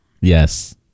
yes